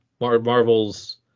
Marvel's